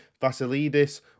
Vasilidis